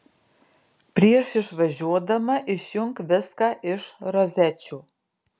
prieš išvažiuodama išjunk viską iš rozečių